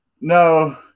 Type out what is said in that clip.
No